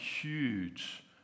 huge